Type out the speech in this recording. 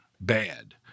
bad